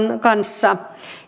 kanssa